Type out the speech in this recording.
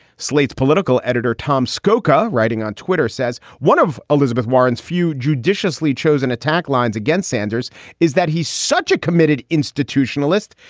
slate's political editor tom skorka, writing on twitter, says one of elizabeth warren's few judiciously chosen attack lines against sanders is that he's such a committed institutionalist,